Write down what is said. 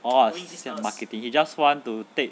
oh sick of marketing he just want to take